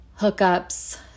hookups